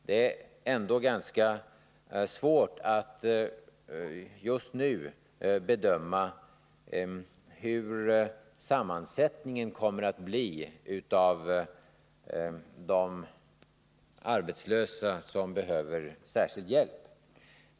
Det är emellertid ganska svårt att just nu bedöma hur sammansättningen kommer att bli när det gäller arbetslösa som behöver särskild hjälp.